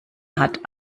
hat